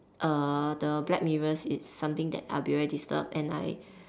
err the black mirrors is something that I will be very disturbed and I